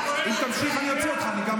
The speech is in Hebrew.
אם תמשיך, אני אוציא אותך.